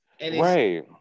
Right